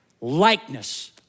likeness